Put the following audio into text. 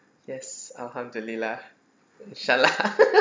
yes alhamdulillah insya allah